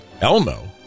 Elmo